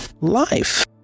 life